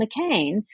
McCain